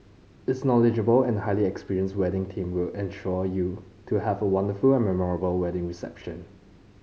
its knowledgeable and highly experienced wedding team will ensure you to have a wonderful and memorable wedding reception